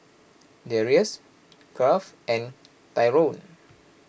Darrius Garth and Tyrone